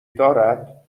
دارد